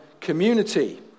community